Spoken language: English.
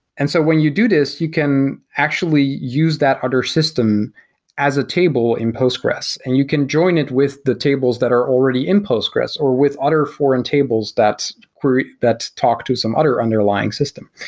and so when you do this, you can actually use that other system as a table in postgres and you can join it with the tables that are already in postgres or with other forum tables that that talk to some other underlying system.